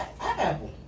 Apple